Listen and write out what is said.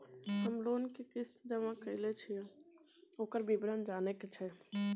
हम लोन के किस्त जमा कैलियै छलौं, ओकर विवरण जनबा के छै?